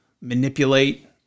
manipulate